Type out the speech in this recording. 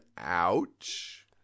ouch